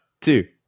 two